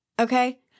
okay